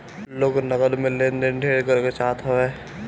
लोग नगद में लेन देन ढेर करे चाहत हवे